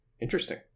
Interesting